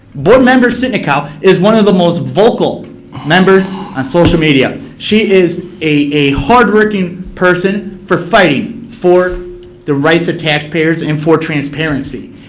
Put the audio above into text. board member sitnikau is one of the most vocal members of ah social media. she is a hard working person for fights for the rights of taxpayers and for transparency.